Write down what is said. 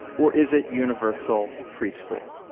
or is it universal preschool?